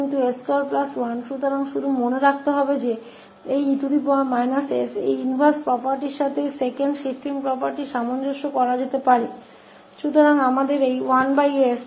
तो बस यह याद रखने के लिए कि इस e s को इस दूसरी शिफ्टिंग property के साथ इस इनवर्स property के साथ समायोजित किया जा सकता है